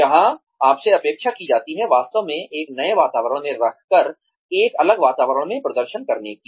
जहाँ आपसे अपेक्षा की जाती है वास्तव में एक नए वातावरण में रखकर एक अलग वातावरण में प्रदर्शन करने की